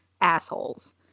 assholes